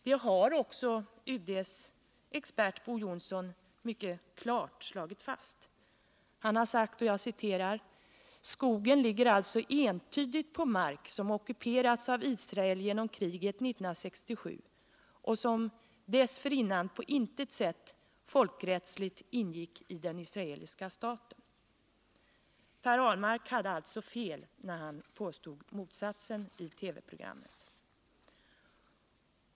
Det har också UD:s expert Bo Johnson mycket klart slagit fast. Han har sagt: ”Skogen ligger alltså entydigt på mark som ockuperats av Israel genom kriget 1967 och som dessförinnan på intet sätt folkrättsligt ingick i den israeliska staten.” Per Ahlmark hade alltså fel när han i TV-programmet påstod motsatsen.